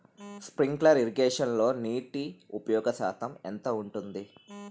Sprinkler ఇరగేషన్లో నీటి ఉపయోగ శాతం ఎంత ఉంటుంది?